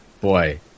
boy